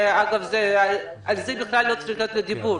אגב, על זה בכלל לא צריך להיות דיבור.